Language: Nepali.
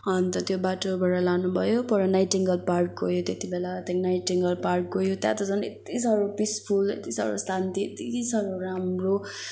अन्त त्यो बाटोबाट लानुभयो पर नाइटिङ्गेल पार्क गयो त्यति बेला त्यहाँदेखि नाइटिङ्गेल पार्क गयो त्यहाँ त झन् यत्ति साह्रो पिसफुल यति साह्रो शान्ति यति साह्रो राम्रो